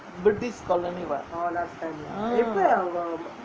british colony [what]